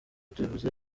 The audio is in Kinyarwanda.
tubivuze